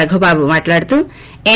రఘుబాబు మాట్లాడుతూ ఎస్